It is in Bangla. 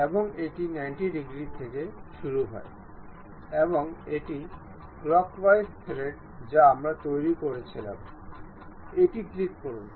এবং এটি 90 ডিগ্রী থেকে শুরু হয় এবং এটি একটি ক্লকওয়াইজ থ্রেড যা আমরা তৈরি করছিলাম এটি ক্লিক করুন